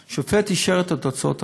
שופט, שופט אישר את תוצאות הבחירות.